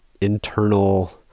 internal